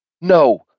No